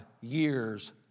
years